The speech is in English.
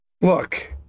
Look